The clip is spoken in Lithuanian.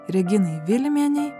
reginai vilimienei